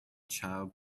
child